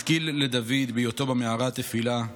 "משכיל לדוד בהיותו במערה תפִלה.